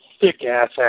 thick-ass